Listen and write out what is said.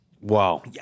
Wow